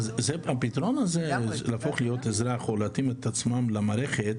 לי --- הפתרון הזה להפוך להיות אזרח או להתאים את עצמם למערכת,